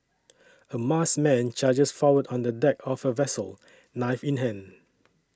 a masked man charges forward on the deck of a vessel knife in hand